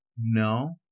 No